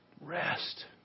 rest